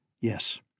Yes